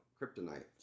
kryptonite